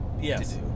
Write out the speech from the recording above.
Yes